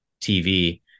tv